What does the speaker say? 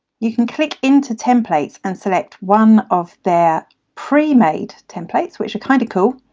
you can click into templates and select one of their pre-made templates which are kind of cool.